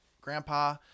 Grandpa